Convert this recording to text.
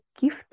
gift